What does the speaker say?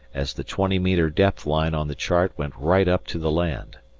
as the twenty-metre depth-line on the chart went right up to the land.